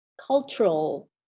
cultural